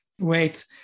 wait